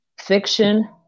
fiction